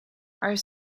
are